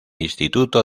instituto